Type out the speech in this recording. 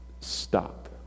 Stop